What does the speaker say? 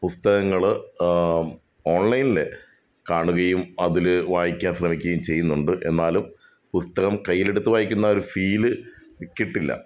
പുസ്തകങ്ങൾ ഓൺലൈനിൽ കാണുകയും അതിൽ വായിക്കാൻ ശ്രമിക്കുകയും ചെയ്യുന്നുണ്ട് എന്നാലും പുസ്തകം കയ്യിലെടുത്ത് വായിക്കുന്ന ആ ഒരു ഫീല് കിട്ടില്ല